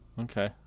Okay